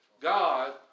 God